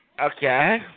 Okay